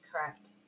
correct